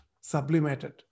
sublimated